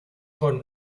con